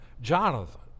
Jonathan